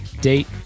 date